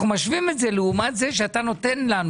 אנחנו משווים את זה לעומת זה שאתה נותן לנו